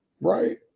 right